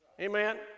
Amen